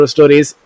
Stories